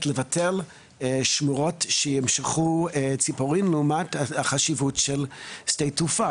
לבטל שמורות שימשכו ציפורים לעומת החשיבות של שדה תעופה?